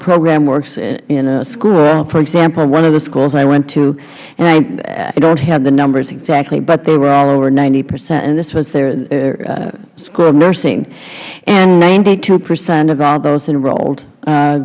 program works in a school for example one of the schools that i went to and i don't have the numbers exactly but they were all over ninety percent and this was their school of nursing and ninety two percent of all those enrolled